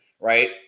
right